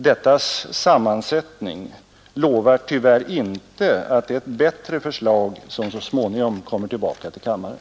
Dettas sammansättning lovar tyvärr inte att det är ett bättre förslag som så småningom kommer tillbaka till kammaren.